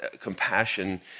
compassion